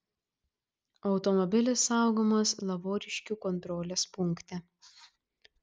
automobilis saugomas lavoriškių kontrolės punkte